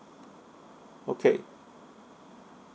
okay